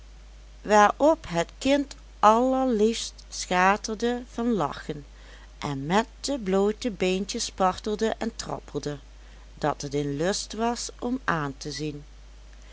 waarop het kind allerliefst schaterde van lachen en met de bloote beentjes spartelde en trappelde dat het een lust was om aan te zien